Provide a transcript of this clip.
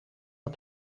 are